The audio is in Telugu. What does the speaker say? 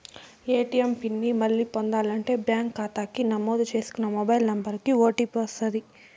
ఏ.టీ.యం పిన్ ని మళ్ళీ పొందాలంటే బ్యాంకు కాతాకి నమోదు చేసుకున్న మొబైల్ నంబరికి ఓ.టీ.పి వస్తది